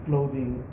clothing